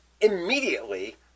immediately